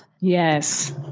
Yes